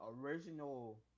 original